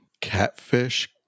catfish